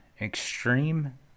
extreme